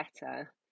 better